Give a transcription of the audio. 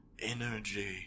energy